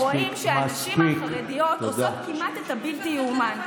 מה שיפה הוא שרואים שהנשים החרדיות עושות כמעט את הבלתי-ייאמן.